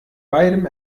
beidem